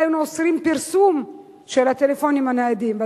היינו אוסרים פרסום של הטלפונים הניידים.